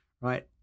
right